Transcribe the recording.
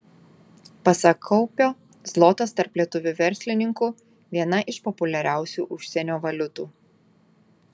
pasak kaupio zlotas tarp lietuvių verslininkų viena iš populiariausių užsienio valiutų